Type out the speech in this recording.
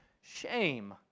shame